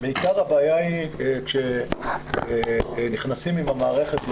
עיקר הבעיה היא כשנכסים עם המערכת,